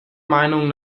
meinung